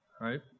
right